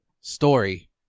story